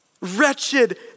Wretched